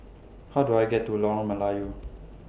How Do I get to Lorong Melayu